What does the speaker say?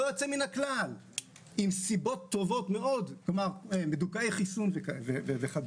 יוצא מן הכלל עם סיבות טובות מאוד מדוכאי חיסון וכו'.